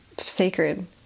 sacred